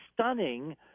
stunning